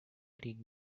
creek